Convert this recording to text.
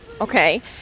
okay